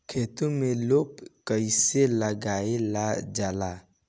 खेतो में लेप कईसे लगाई ल जाला?